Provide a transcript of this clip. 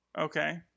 Okay